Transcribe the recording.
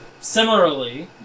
similarly